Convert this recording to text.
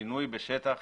שינוי בשטח